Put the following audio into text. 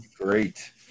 Great